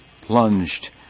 plunged